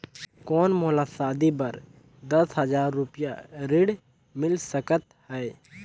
कौन मोला शादी बर दस हजार रुपिया ऋण मिल सकत है?